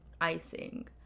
icing